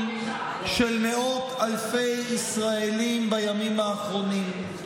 של מאות אלפי ישראלים בימים האחרונים.